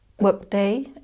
Workday